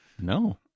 no